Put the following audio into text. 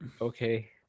okay